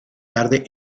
tarde